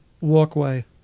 walkway